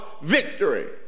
victory